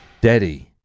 Daddy